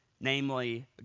namely